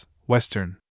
Western